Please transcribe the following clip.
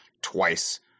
twice